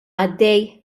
għaddej